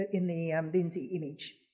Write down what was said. in the lindsay image